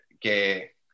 que